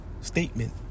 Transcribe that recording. statement